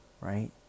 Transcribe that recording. right